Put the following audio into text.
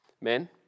Men